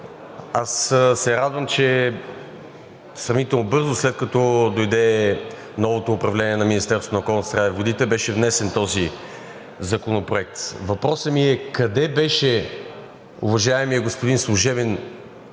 Аз се радвам, че сравнително бързо, след като дойде новото управление на Министерството на околната среда и водите, беше внесен този законопроект. Въпросът ми е: къде беше уважаемият господин служебен